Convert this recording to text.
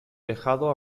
tejado